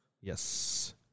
Yes